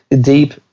deep